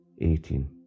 Eighteen